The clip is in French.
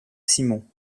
simon